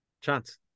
Chance